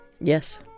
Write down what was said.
Yes